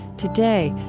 today,